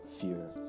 fear